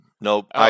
Nope